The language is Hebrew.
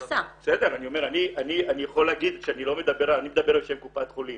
בסדר, אני מדבר בשם קופת חולים.